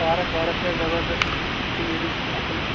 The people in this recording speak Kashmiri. پارَک وارک چھِ اَتھ زَبردَس فِٹِنٛگ وِٹِنٛگ چھِ اَتھ اَصٕل